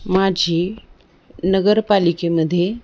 माझी नगरपालिकेमध्ये